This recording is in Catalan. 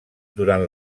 durant